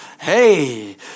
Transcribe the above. Hey